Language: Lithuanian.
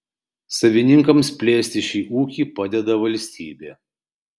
savininkams plėsti šį ūkį padeda valstybė